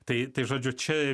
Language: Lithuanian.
tai tai žodžiu čia